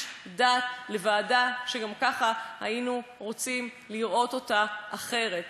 דת לוועדה שגם ככה היינו רוצים לראות אותה אחרת.